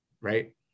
right